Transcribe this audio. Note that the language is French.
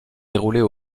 déroulées